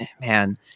Man